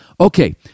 Okay